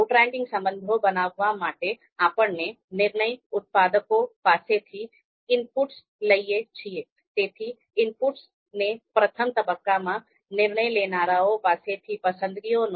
outranking સંબંધો બનાવવા માટે આપણે નિર્ણય ઉત્પાદકો પાસેથી ઇનપુટ્સ લઈએ છીએ